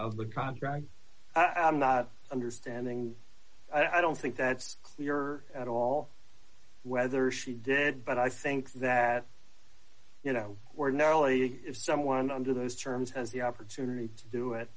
of the contract i'm not understanding i don't think that's clear at all whether she did but i think that you know ordinarily if someone under those terms has the opportunity to do it